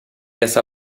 essa